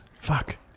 fuck